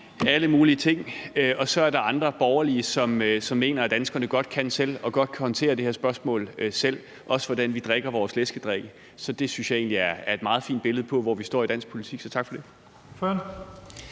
alle mulige ting, og så er der andre borgerlige, som mener, at danskerne godt selv kan og godt kan håndtere det her spørgsmål selv, også i forhold til hvordan vi drikker vores læskedrikke. Det synes jeg egentlig er et meget fint billede på, hvor vi står i dansk politik. Så tak for det.